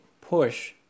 push